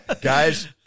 Guys